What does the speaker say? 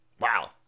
Wow